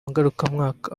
ngarukamwaka